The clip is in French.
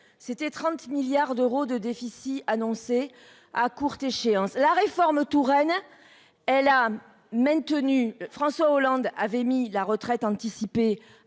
c'était 30 milliards d'euros de déficit annoncé à courte échéance la réforme Touraine. Elle a maintenu, François Hollande avait mis la retraite anticipée